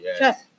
yes